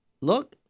look